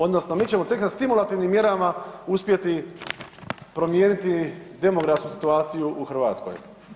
Odnosno mi ćemo tek sa stimulativnim mjerama uspjeti promijeniti demografsku situaciju u Hrvatskoj.